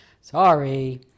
Sorry